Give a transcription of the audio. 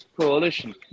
coalition